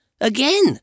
again